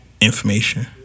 information